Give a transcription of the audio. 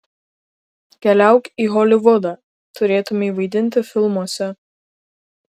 keliauk į holivudą turėtumei vaidinti filmuose